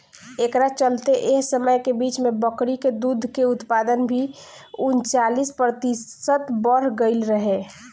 एकरा चलते एह समय के बीच में बकरी के दूध के उत्पादन भी उनचालीस प्रतिशत बड़ गईल रहे